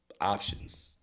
options